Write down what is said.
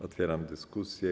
Otwieram dyskusję.